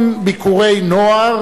לא עומד.